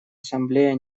ассамблея